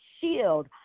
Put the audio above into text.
shield